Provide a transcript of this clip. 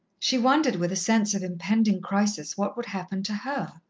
she wondered, with a sense of impending crisis, what would happen to her.